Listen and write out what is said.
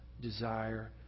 Desire